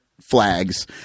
flags